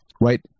right